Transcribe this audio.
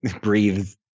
breathes